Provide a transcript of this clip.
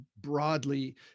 broadly